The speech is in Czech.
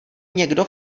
někdo